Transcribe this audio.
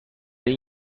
این